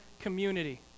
community